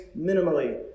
minimally